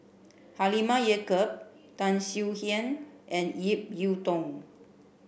Halimah Yacob Tan Swie Hian and Ip Yiu Tung